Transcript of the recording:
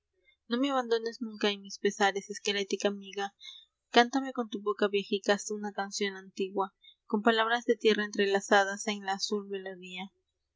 no me abandones nunca en mis pesares esquelética amiga cántame con tu boca vieja y casta una canción antigua con palabras de tierra entrelazadas en la azul melodía